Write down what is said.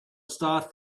star